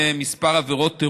חשבון (תיקון מס' 9),